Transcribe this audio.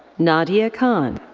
nadia khan.